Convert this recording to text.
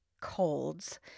colds